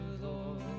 Lord